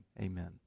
Amen